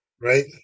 right